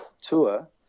tour